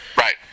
Right